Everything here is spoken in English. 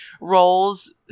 roles